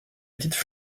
petites